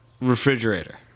Refrigerator